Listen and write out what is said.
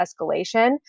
escalation